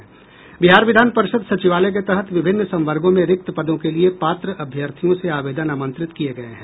बिहार विधान परिषद सचिवालय के तहत विभिन्न संवर्गों में रिक्त पदों के लिए पात्र अभ्यर्थियों से आवेदन आमंत्रित किये गये हैं